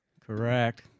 Correct